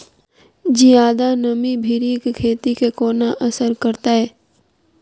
जियादा नमी भिंडीक खेती केँ कोना असर करतै?